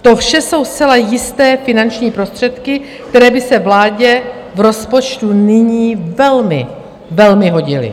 To vše jsou zcela jisté finanční prostředky, které by se vládě v rozpočtu nyní velmi, velmi hodily.